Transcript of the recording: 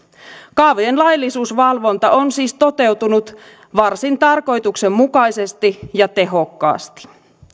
kaavojen laillisuusvalvonta on siis toteutunut varsin tarkoituksenmukaisesti ja tehokkaasti